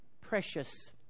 precious